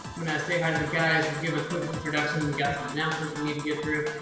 when i say hi to the guys will give a quick introduction. we got some announcements we need to get through.